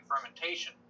fermentation